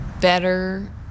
better